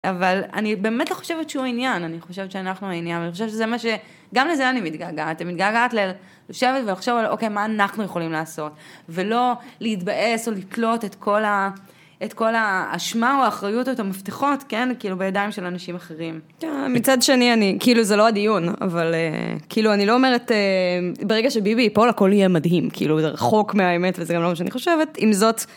אבל אני באמת לא חושבת שהוא העניין, אני חושבת שאנחנו העניין, ואני חושבת שזה מה ש... גם לזה אני מתגעגעת, אני מתגעגעת ללשבת ולחשוב על אוקיי, מה אנחנו יכולים לעשות? ולא להתבאס או לתלות את כל ה- את כל האשמה או האחריות או את המפתחות, כן? כאילו, בידיים של אנשים אחרים. כן מצד שני אני... כאילו, זה לא הדיון, אבל כאילו, אני לא אומרת... ברגע שביבי ייפול, הכל יהיה מדהים, כאילו, זה רחוק, מהאמת, וזה גם לא מה שאני חושבת.